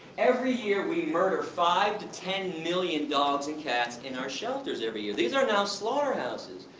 every year we murder five to ten million dogs and cats in our shelters every year. these are now slaughterhouses.